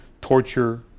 torture